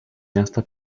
miasta